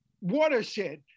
watershed